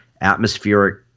atmospheric